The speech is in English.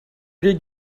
did